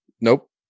Nope